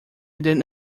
eden